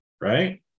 right